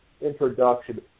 introduction